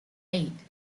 eight